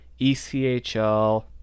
ECHL